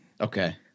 Okay